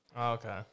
Okay